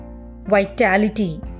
vitality